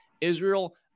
Israel